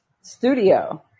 studio